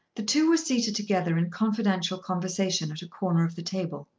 the two were seated together in confidential conversation at a corner of the table.